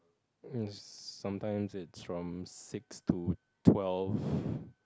it's sometimes it's from six to twelve